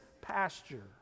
pasture